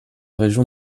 région